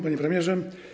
Panie Premierze!